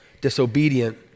disobedient